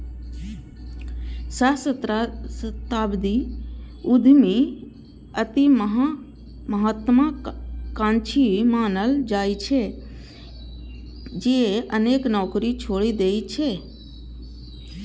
सहस्राब्दी उद्यमी अति महात्वाकांक्षी मानल जाइ छै, जे अनेक नौकरी छोड़ि दैत छै